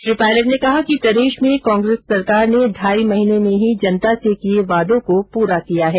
श्री पायलट ने कहा कि प्रदेश में कांग्रेस सरकार र्न ढाई महीने में ही जनता से किये वादों को पूरा किया है